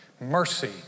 Mercy